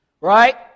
Right